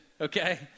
okay